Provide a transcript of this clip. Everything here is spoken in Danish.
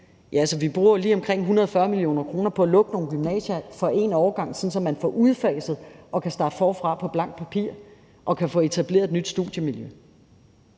Vi bruger jo lige omkring 140 mio. kr. på at lukke nogle gymnasier for én årgang, sådan at man får udfaset og kan starte forfra på blankt papir og kan få etableret et nyt studiemiljø.